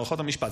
מערכות המשפט.